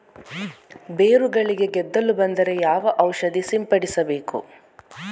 ಬೇರುಗಳಿಗೆ ಗೆದ್ದಲು ಬಂದರೆ ಯಾವ ಔಷಧ ಸಿಂಪಡಿಸಬೇಕು?